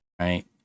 right